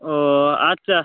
ও আচ্ছা